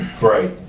Right